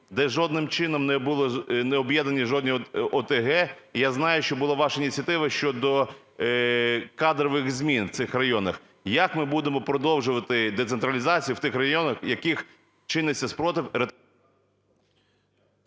де жодним чином не були об'єднані жодні ОТГ? І я знаю, що була ваша ініціатива щодо кадрових змін в цих районах. Як ми будемо продовжувати децентралізацію в тих районах, в яких чиниться спротив…